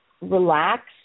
relax